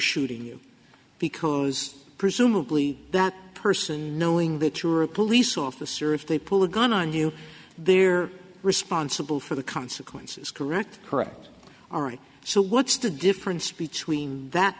shooting you because presumably that person knowing that you're a police officer if they pull a gun on you they're responsible for the consequences correct correct all right so what's the difference between that